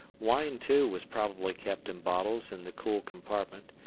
wine, too, was probably kept in bottles in the cool compartment,